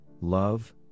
love